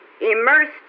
immersed